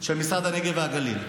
של משרד הנגב והגליל,